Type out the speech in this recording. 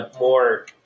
more